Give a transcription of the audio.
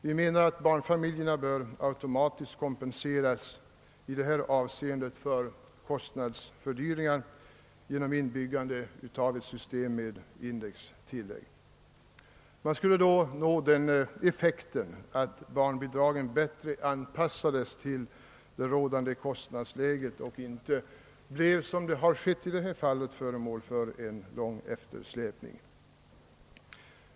Vi anser att barnfamiljerna automatiskt bör kompenseras i detta avseende för kostnadsfördyringen genom inbyggande av ett system med indextillägg. Man skulle då nå den effekten att barnbidragen bättre anpassas till det rådande kostnadsläget och inte — såsom skett i detta fall — drabbas av en lång eftersläpning.